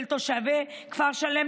של תושבי כפר שלם,